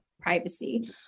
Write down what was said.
privacy